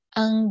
ang